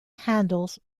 handles